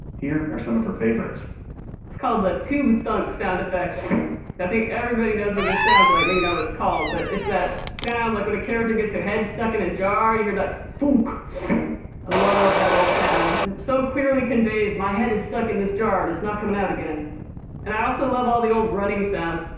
here are some of her favorites it's called the tube thunk sound effect i think everybody knows what this sounds like, maybe not what it's called, but it's that sound like when a character gets their head stuck in a jar, you hear that thunk. i ah love that old sound. it just so clearly conveys my head is stuck in this jar, and it's not coming out again and i also love all the old running sounds